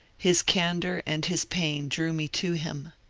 his candour and his pain drew me to him.